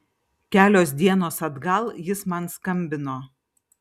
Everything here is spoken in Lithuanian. kelios dienos atgal jis man skambino